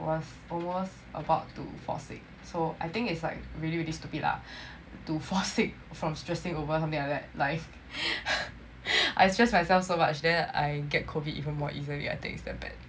was almost about to fall sick so I think is like really really stupid lah to fall sick from stressing over something like that like I stress myself so much then I get COVID even more easily I think is damn bad